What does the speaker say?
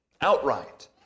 outright